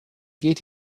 geht